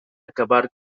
acabar